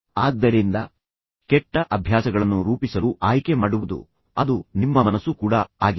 ಆದ್ದರಿಂದ ಕೆಟ್ಟ ಅಭ್ಯಾಸಗಳನ್ನು ರೂಪಿಸಲು ಆಯ್ಕೆ ಮಾಡುವುದು ಅದು ನಿಮ್ಮ ಮನಸ್ಸು ಕೂಡ ಆಗಿದೆ